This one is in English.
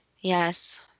Yes